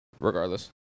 regardless